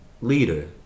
leader